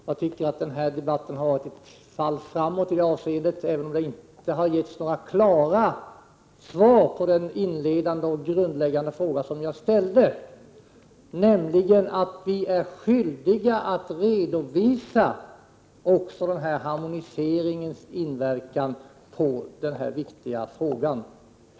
Jag tycker att den här 43 debatten har varit ett fall framåt i detta avseende, även om det inte har getts några klara svar på den inledande och grundläggande fråga som jag ställde. Vi är skyldiga att redovisa harmoniseringens inverkan också på denna viktiga punkt.